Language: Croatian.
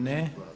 Ne.